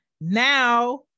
Now